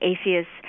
atheists